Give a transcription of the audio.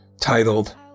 titled